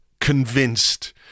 convinced